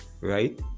right